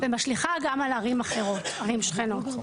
ומשליכה גם על ערים אחרות ערים שכנות.